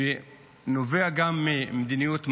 שנובעים גם ממדיניות מגבילה,